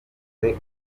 uburyo